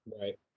Right